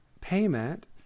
payment